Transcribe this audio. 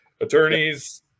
attorneys